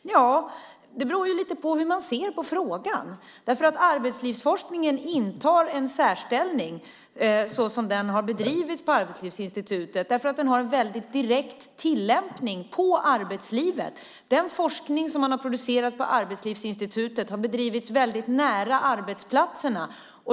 Det beror lite på hur man ser på frågan. Arbetslivsforskningen intar en särställning såsom den har bedrivits på Arbetslivsinstitutet, för den har en direkt tillämpning på arbetslivet. Den forskning som man har producerat på Arbetslivsinstitutet har bedrivits nära arbetsplatserna.